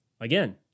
again